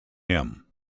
him